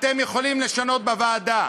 אתם יכולים לשנות בוועדה.